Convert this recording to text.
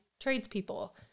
tradespeople